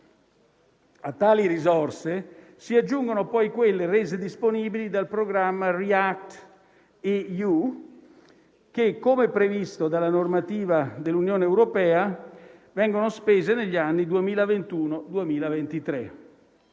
A tali risorse, si aggiungono poi quelle rese disponibili dal programma React-EU, che, come previsto dalla normativa dell'Unione europea, vengono spese negli anni 2021-2023.